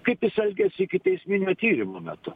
kaip jis elgiasi ikiteisminio tyrimo metu